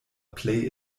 plej